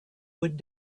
would